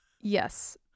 Yes